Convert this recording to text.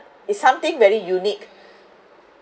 it's something very unique